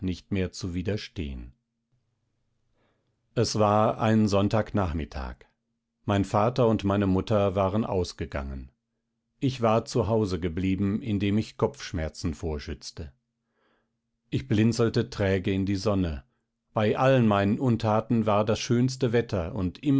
nicht mehr zu widerstehen es war ein sonntagnachmittag mein vater und meine mutter waren ausgegangen ich war zu hause geblieben indem ich kopfschmerzen vorschützte ich blinzelte träge in die sonne bei allen meinen untaten war das schönste wetter und